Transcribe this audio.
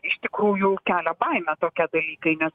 iš tikrųjų kelia baimę tokie dalykai nes